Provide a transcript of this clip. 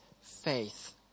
faith